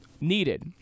needed